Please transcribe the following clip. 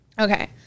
okay